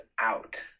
out